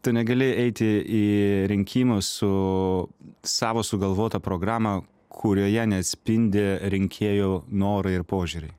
tu negali eiti į rinkimus su savo sugalvota programa kurioje neatspindi rinkėjų norai ir požiūriai